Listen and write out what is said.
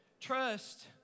Trust